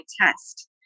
test